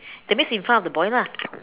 that means in front of the boy lah